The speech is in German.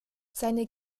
seine